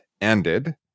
ended